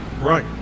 right